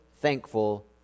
thankful